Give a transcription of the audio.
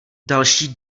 další